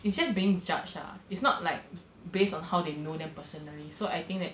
it's just being judged ah it's not like based on how they know them personally so I think that